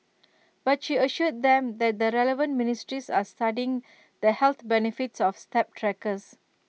but she assured them that the relevant ministries are studying the health benefits of step trackers